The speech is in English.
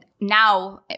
now